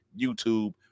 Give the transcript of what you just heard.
YouTube